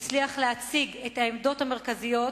שהצליח להציג את העמדות המרכזיות,